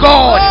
God